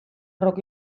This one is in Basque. rock